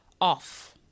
off